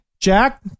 Jack